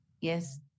Yes